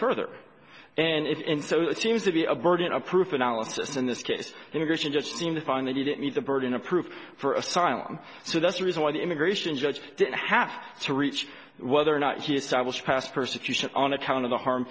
further and it seems to be a burden of proof analysis in this case in addition just seem to find that he didn't meet the burden of proof for asylum so that's the reason why the immigration judge has to reach whether or not he gets i wish pass persecution on account of the harm